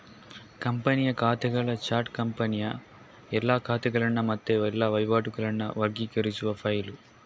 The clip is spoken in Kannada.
ಕಂಪನಿಯ ಖಾತೆಗಳ ಚಾರ್ಟ್ ಕಂಪನಿಯ ಎಲ್ಲಾ ಖಾತೆಗಳನ್ನ ಮತ್ತೆ ಎಲ್ಲಾ ವಹಿವಾಟುಗಳನ್ನ ವರ್ಗೀಕರಿಸುವ ಫೈಲು